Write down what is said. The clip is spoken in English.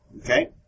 Okay